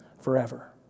forever